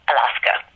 Alaska